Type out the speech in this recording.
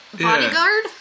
bodyguard